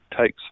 takes